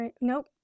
Nope